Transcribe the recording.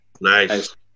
Nice